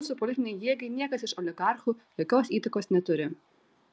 mūsų politinei jėgai niekas iš oligarchų jokios įtakos neturi